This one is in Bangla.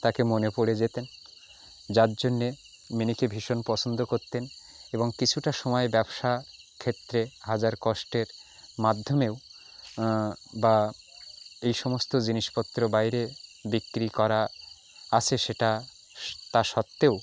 তাকে মনে পড়ে যেতেন যার জন্য মিনিকে ভীষণ পছন্দ করতেন এবং কিছুটা সময় ব্যবসা ক্ষেত্রে হাজার কষ্টের মাধ্যমেও বা এই সমস্ত জিনিসপত্র বাইরে বিক্রি করা আছে সেটা তা সত্ত্বেও